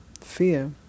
fear